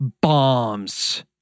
bombs